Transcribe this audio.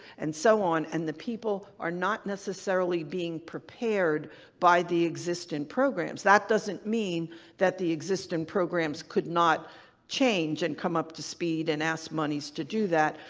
and so on, and the people are not necessarily being prepared by the existing programs. that doesn't mean that the existing programs could not change and come up to speed and ask monies to do that,